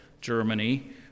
Germany